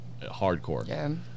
hardcore